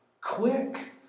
quick